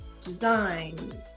design